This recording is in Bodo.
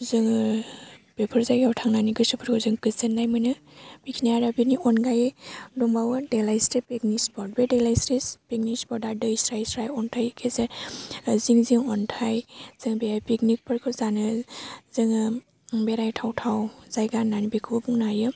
जोङो बेफोर जायगायाव थांनानै गोसोफोरखौ जों गोजोन्नाय मोनो मिथिनाय आरो बेनि अनगायै दंबावो देलायस्रि पिकनिक स्पट बे देलायस्रि पिकनिक स्पट आ दै स्राय स्राय अन्थाइ गेजेर गेजेर जिं जिं अन्थाइ जों बेहाय पिकनिकफोरखौ जानो जोङो बेरायथाव थाव जायगा होन्नानै बेखोबो बुंनो हायो